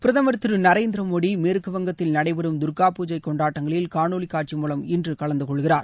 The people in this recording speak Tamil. பிரதமர் திருநரேந்திர மோடி மேற்கு வங்கத்தில் நடைபெறும் தர்கா பூஜை கொண்டாட்டங்களில் காணொளி காட்சி மூலம் இன்று கலந்து கொள்கிறார்